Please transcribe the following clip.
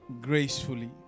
gracefully